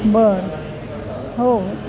बर हो